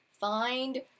find